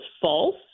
false